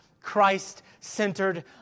Christ-centered